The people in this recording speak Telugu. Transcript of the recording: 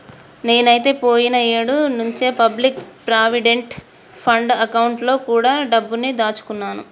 నేనైతే పోయిన ఏడు నుంచే పబ్లిక్ ప్రావిడెంట్ ఫండ్ అకౌంట్ లో కూడా డబ్బుని దాచుకున్నాను